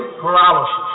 paralysis